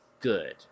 good